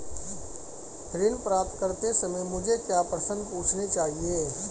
ऋण प्राप्त करते समय मुझे क्या प्रश्न पूछने चाहिए?